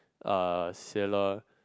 uh sailer